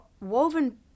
woven